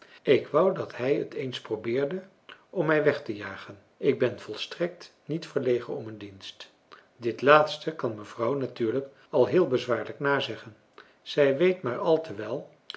ik wou dat hij het eens probeerde om mij weg te jagen ik ben volstrekt niet verlegen om een dienst dit laatste kan mevrouw natuurlijk al heel bezwaarlijk nazeggen zij weet maar al te wel